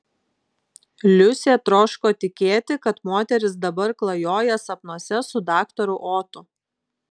liusė troško tikėti kad moteris dabar klajoja sapnuose su daktaru otu